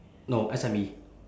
no S_M_E